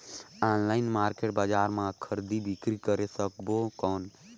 Online market बजार मां खरीदी बीकरी करे सकबो कौन?